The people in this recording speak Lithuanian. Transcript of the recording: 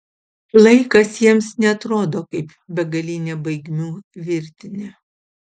laikas jiems neatrodo kaip begalinė baigmių virtinė